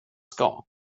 ska